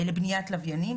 מדובר על בניית לוויינים,